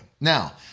Now